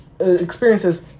experiences